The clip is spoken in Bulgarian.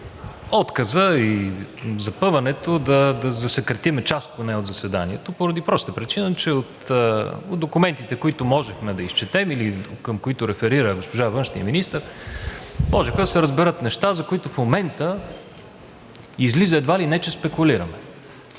отказа и запъването да засекретим поне част от заседанието, поради простата причина, че от документите, които можехме да изчетем или към които реферира госпожа външният министър, можеха да се разберат неща, за които в момента излиза едва ли не, че спекулираме,